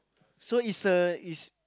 so is a is